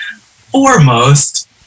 foremost